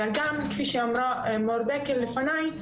אלא גם כפי שאמרה מור דקל לפניי,